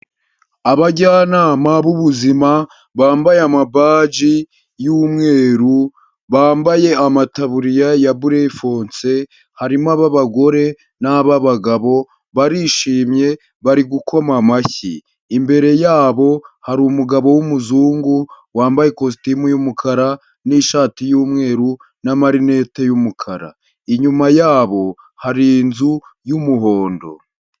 Abajyanama b'ubuzima bambaye amabaji y'umweru, bambaye amataburiya ya burefonse, harimo ab'abagore n'ab'abagabo barishimye, bari gukoma amashyi, imbere yabo hari umugabo w'umuzungu wambaye ikositimu y'umukara n'ishati y'umweru n'amarinete y',umukara, inyuma yabo hari inzu y'umuhondo.